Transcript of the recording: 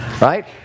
Right